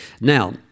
Now